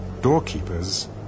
doorkeepers